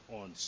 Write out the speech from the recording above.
on